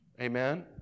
Amen